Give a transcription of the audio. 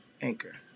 Anchor